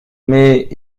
mais